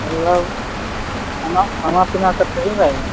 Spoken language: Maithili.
मतलब खाना खाना पीना सब सही रहेगा